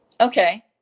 Okay